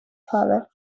father